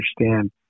understand